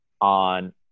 on